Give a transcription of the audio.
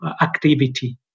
activity